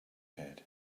head